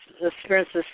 experiences